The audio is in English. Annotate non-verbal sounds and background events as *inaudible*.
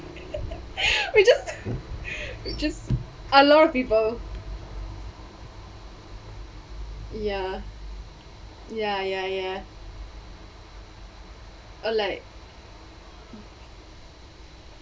*laughs* we just we just a lot of people ya ya ya ya or like